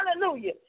hallelujah